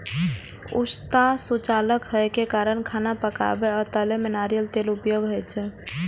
उष्णता सुचालक होइ के कारण खाना पकाबै आ तलै मे नारियल तेलक उपयोग होइ छै